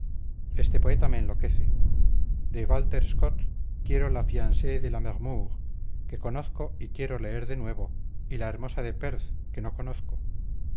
hojas de otoño este poeta me enloquece de walter scott quiero la fiancée de lamermoor que conozco y quiero leer de nuevo y la hermosa de perth que no conozco